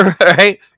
Right